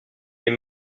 est